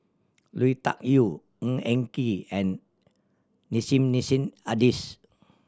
Lui Tuck Yew Ng Eng Kee and Nissim Nassim Adis